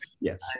Yes